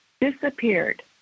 disappeared